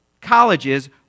colleges